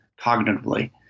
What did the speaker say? cognitively